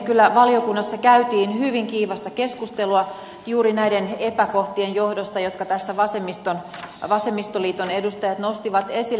kyllä valiokunnassa käytiin hyvin kiivasta keskustelua juuri näiden epäkohtien johdosta jotka tässä vasemmistoliiton edustajat nostivat esille